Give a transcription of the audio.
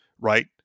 right